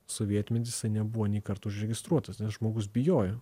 sovietmety jisai nebuvo nėkart užregistruotas nes žmogus bijojo